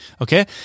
okay